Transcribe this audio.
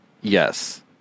Yes